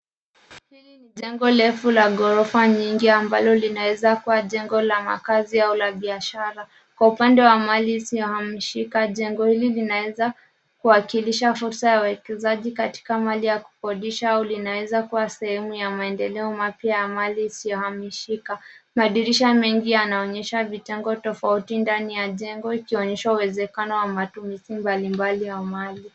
Hili ni jengo refu la ghorofa nyingi ambalo linaweza kuwa jengo la makazi au la biashara. Kwa upande wa mali isiyohamishika jengo hili linaweza kuwakilisha fursa ya wawekezaji katika mali ya kukodisha au linaweza kuwa sehemu ya maendeleo mapya ya mali isiyohamishika. Madirisha mengi yanaonyesha vitengo tofauti ndani ya jengo ikionyesha uwezekano wa matumizi mbalimbali wa mali.